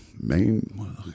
main